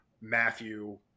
Matthew